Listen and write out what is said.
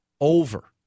over